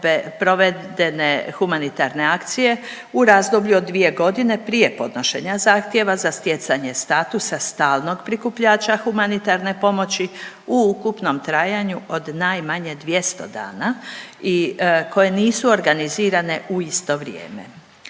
provedene humanitarne akcije u razdoblju od 2.g. prije podnošenja zahtjeva za stjecanje statusa stalnog prikupljača humanitarne pomoći u ukupnom trajanju od najmanje 200 dana i koje nisu organizirane u isto vrijeme.